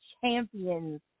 champions